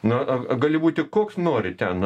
na gali būti koks nori ten